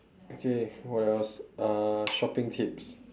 okay what else uh shopping tips